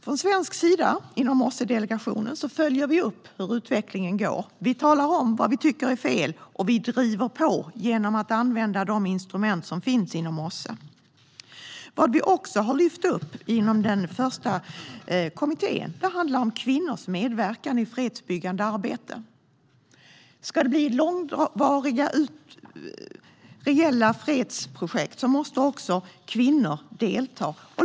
Den svenska OSSE-delegationen följer upp hur utvecklingen går. Vi talar om vad vi tycker är fel, och vi driver på genom att använda de instrument som finns inom OSSE. Vad vi också har lyft upp i den första kommittén är kvinnors medverkan i fredsbyggande arbete. Ska vi ha långvariga reella fredsprojekt måste också kvinnor delta.